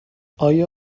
آیا